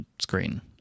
screen